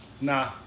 Nah